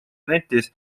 nentis